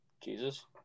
Jesus